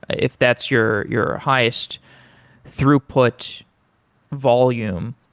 if that's your your highest throughput volume,